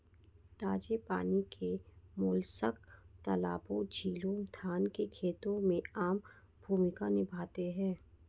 ताजे पानी के मोलस्क तालाबों, झीलों, धान के खेतों में आम भूमिका निभाते हैं